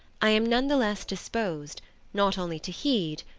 i am nevertheless disposed not only to hear,